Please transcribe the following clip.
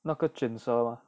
那个卷舌 mah